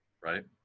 Right